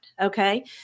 okay